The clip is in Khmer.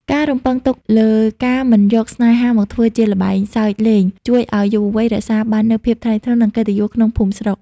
ការរំពឹងទុកលើ "ការមិនយកស្នេហាមកធ្វើជាល្បែងសើចលេង" ជួយឱ្យយុវវ័យរក្សាបាននូវភាពថ្លៃថ្នូរ និងកិត្តិយសក្នុងភូមិស្រុក។